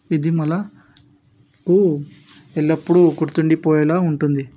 ఇది మనకు ఎల్లప్పుడూ గుర్తుండిపోయేలా ఉంటుంది